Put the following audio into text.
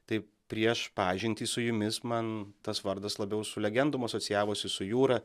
tai prieš pažintį su jumis man tas vardas labiau su legendom asocijavosi su jūra